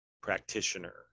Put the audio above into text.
practitioner